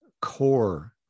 core